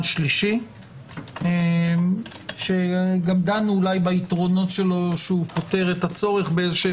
שלישי שגם דנו ביתרונות שלו שפותר את הצורך באיזונים